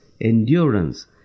endurance